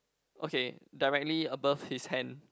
okay directly above his hand